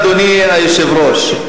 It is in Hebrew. אדוני היושב-ראש,